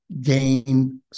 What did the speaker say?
gain